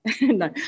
no